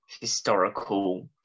historical